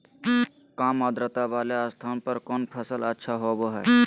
काम आद्रता वाले स्थान पर कौन फसल अच्छा होबो हाई?